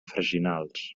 freginals